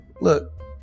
Look